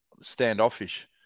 standoffish